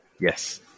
Yes